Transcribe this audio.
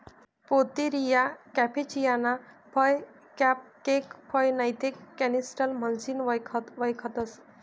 Pouteria campechiana फय cupcake फय नैते कॅनिस्टेल म्हणीसन वयखतंस